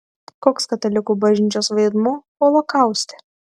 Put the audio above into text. koks katalikų bažnyčios vaidmuo holokauste